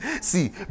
See